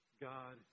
God